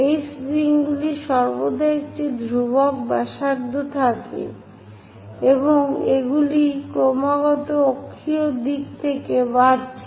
এই স্প্রিংসগুলির সর্বদা একটি ধ্রুবক ব্যাসার্ধ থাকে এবং এগুলি ক্রমাগত অক্ষীয় দিক থেকে বাড়ছে